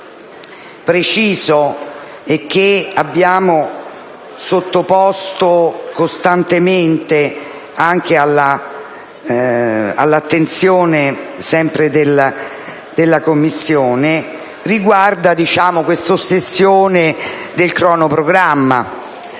preciso, e che abbiamo sottoposto costantemente all'attenzione della Commissione riguarda questa ossessione del cronoprogramma,